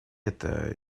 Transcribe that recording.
это